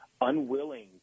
unwilling